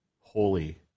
holy